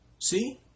See